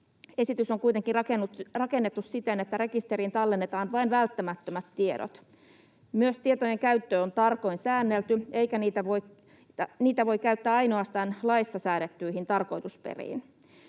Esitys on kuitenkin rakennettu siten, että rekisteriin tallennetaan vain välttämättömät tiedot. Myös tietojen käyttö on tarkoin säännelty, ja niitä voi käyttää ainoastaan laissa säädettyihin tarkoitusperiin.